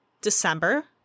December